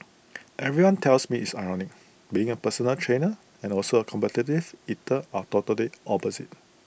everyone tells me it's ironic being A personal trainer and also A competitive eater are totally opposites